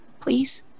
Please